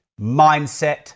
mindset